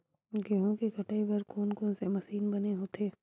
गेहूं के कटाई बर कोन कोन से मशीन बने होथे?